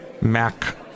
Mac